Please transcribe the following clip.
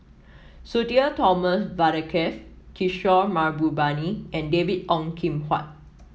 Sudhir Thomas Vadaketh Kishore Mahbubani and David Ong Kim Huat